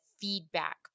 feedback